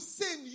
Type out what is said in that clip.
sin